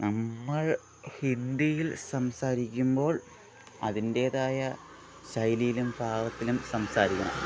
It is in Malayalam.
നമ്മൾ ഹിന്ദിയിൽ സംസാരിക്കുമ്പോൾ അതിൻ്റെതായ ശൈലിയിലും ഭാവത്തിലും സംസാരിക്കണം